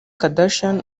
kardashian